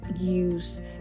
use